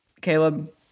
Caleb